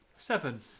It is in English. Seven